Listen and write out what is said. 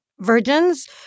virgins